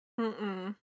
-mm